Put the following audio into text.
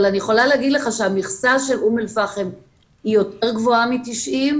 אבל אני יכולה להגיד לך שהמכסה של אום אל פאחם היא יותר גבוהה מ-90.